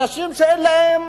אנשים שאין להם